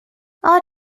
all